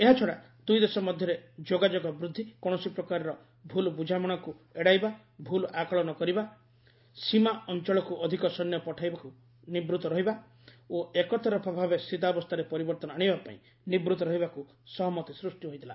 ଏହାଛଡ଼ା ଦୁଇଦେଶ ମଧ୍ୟରେ ଯୋଗାଯୋଗ ବୃଦ୍ଧି କୌଣସି ପ୍ରକାର ଭୁଲ୍ ବୁଝାମଣାକୁ ଏଡ଼ାଇବା ଭୁଲ୍ ଆକଳନ କରିବା ସୀମା ଅଞ୍ଚଳକୁ ଅଧିକ ସୈନ୍ୟ ପଠାଇବାରୁ ନିବୃଭ ରହିବା ଓ ଏକତରଫା ଭାବେ ସ୍ଥିତାବସ୍ଥାରେ ପରିବର୍ଭନ ଆଣିବା ପାଇଁ ନିବୃତ୍ତ ରହିବାକୁ ସହମତି ସୃଷ୍ଟି ହୋଇଥିଲା